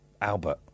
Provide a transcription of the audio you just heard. Albert